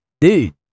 dude